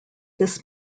this